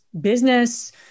business